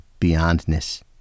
beyondness